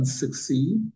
succeed